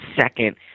second